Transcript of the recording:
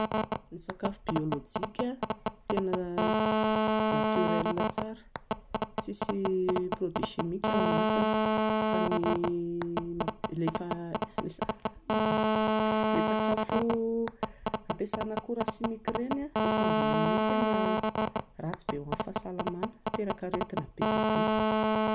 Ny sakafo biôlôjika tena naturel tsara, tsisy produit chimique ao anatiny fa ny ilay sakafo ampiasana akora simika ireny, ilay fambolena ireny, ratsy be ho an'ny fahasalamana, miteraka aretina be dia be.